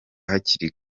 hakiri